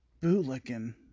bootlicking